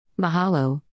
Mahalo